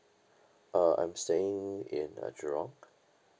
uh I'm staying in uh jurong